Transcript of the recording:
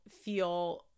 feel